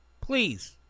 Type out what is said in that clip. Please